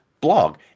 blog